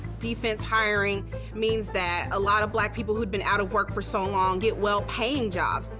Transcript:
defense hiring means that a lot of black people who'd been out of work for so long get well-paying jobs.